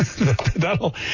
That'll